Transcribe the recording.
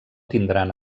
tindran